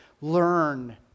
Learn